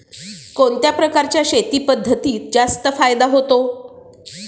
कोणत्या प्रकारच्या शेती पद्धतीत जास्त फायदा होतो?